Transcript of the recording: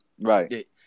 Right